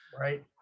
Right